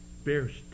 bears